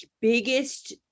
biggest